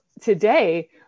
today